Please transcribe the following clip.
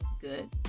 good